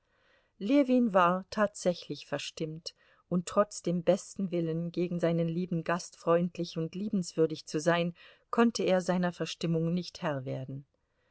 ljewin war tatsächlich verstimmt und trotz dem besten willen gegen seinen lieben gast freundlich und liebenswürdig zu sein konnte er seiner verstimmung nicht herr werden